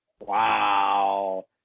Wow